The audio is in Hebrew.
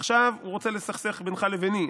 עכשיו הוא רוצה לסכסך בינך לביני,